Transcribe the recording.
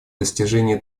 достижении